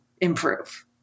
improve